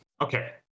Okay